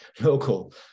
local